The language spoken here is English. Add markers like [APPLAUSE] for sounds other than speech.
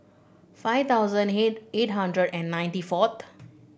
five thousand [UNINTELLIGIBLE] eight hundred and ninety fouth